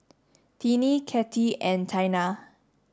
Tinnie Katie and Taina